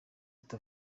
ati